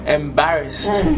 embarrassed